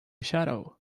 shadow